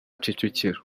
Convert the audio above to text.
kicukiro